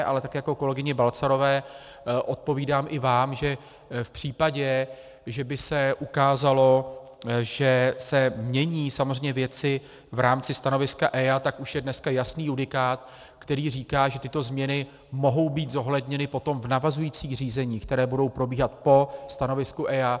Ale tak jako kolegyni Balcarové odpovídám i vám, že v případě, že by se ukázalo, že se mění samozřejmě věci v rámci stanoviska EIA, tak už je dneska jasný judikát, který říká, že tyto změny mohou být zohledněny potom v navazujících řízeních, které budou probíhat po stanovisku EIA.